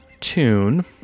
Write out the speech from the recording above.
tune